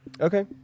Okay